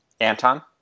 anton